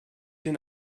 den